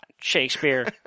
Shakespeare